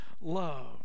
love